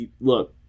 look